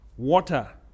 Water